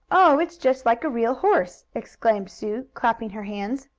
oh, it's just like a real horse! exclaimed sue, clapping her hands.